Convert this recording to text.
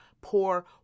poor